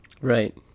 Right